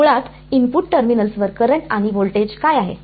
तर मुळात इनपुट टर्मिनलवर करंट आणि व्होल्टेज काय आहे